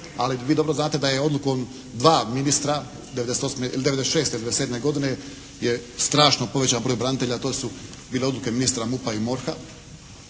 Ali vi dobro znate da je odlukom dva ministra 98., ili 96., 97. godine je strašno povećan broj branitelja, to su bile odluke ministra MUP-A i MORH-a.